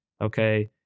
okay